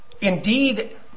Indeed